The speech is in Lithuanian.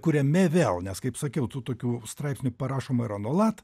kuriame vėl nes kaip sakiau tų tokių straipsnių parašoma yra nuolat